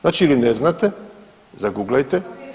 Znači ili ne znate, zaguglajte…